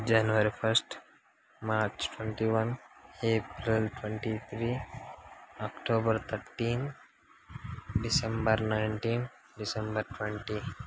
January first March twenty one April twenty three October thirteen December nineteen December twenty